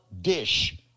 dish